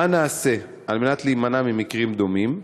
1. מה נעשה על מנת להימנע ממקרים דומים?